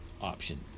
option